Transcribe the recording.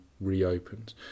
reopened